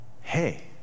hey